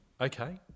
Okay